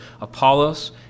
Apollos